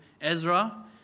Ezra